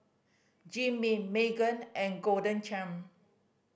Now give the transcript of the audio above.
Jim Beam Megan and Golden Churn